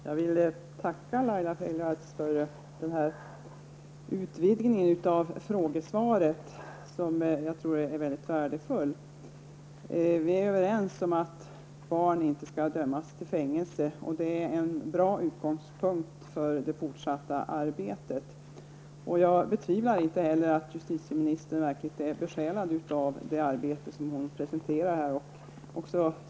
Herr talman! Jag vill tacka Laila Freivalds för utvidgningen av frågesvaret, något som jag tror är mycket värdefullt. Vi är överens om att barn inte skall dömas till fängelse, och det är en bra utgångspunkt för det fortsatta arbetet. Jag betvivlar inte heller att justitieministern är verkligt besjälad av det arbete som hon här presenterar.